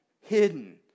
hidden